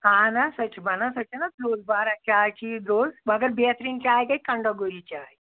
اَہَن حظ سۄ چھِ بَنان سۄ چھےٚ نا درٛۅج واراہ چاے چھِ یہِ درٛۅج مگر بہتریٖن چاے گٔے کَنٛڈاگوٗری چاے